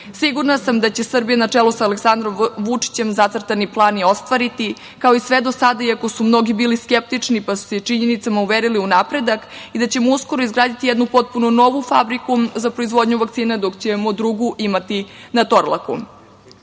sam da će Srbija na čelu sa Aleksandrom Vučićem zacrtani plan i ostvariti, kao i sve do sada iako su mnogi bili skeptični, pa su se činjenicama uverili u napredak, i da ćemo uskoro izgraditi jednu potpuno novu fabriku za proizvodnju vakcina, dok ćemo drugu imati na „Torlaku“.Srbija